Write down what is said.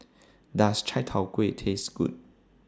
Does Chai Tow Kuay Taste Good